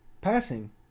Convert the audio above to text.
passing